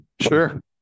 sure